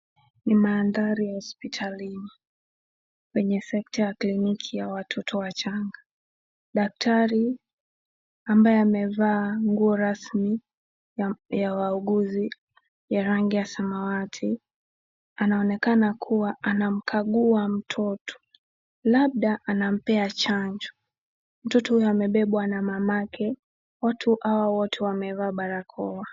Ni mandhari ya hospitali yenye sekta ya kliniki ya watoto wachanga. Daktari ambaye amevaa nguo rasmi ya wauguzi ya rangi ya samawati anaonekana kuwa anamkagua mtoto; labda anampea chanjo. Mtoto amebebwa na mamake. Watu hao wote wamevaa barakoa.